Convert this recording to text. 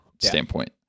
standpoint